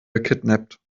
gekidnappt